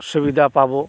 সুবিধা পাব